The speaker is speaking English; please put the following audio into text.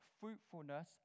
fruitfulness